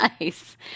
nice